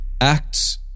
Acts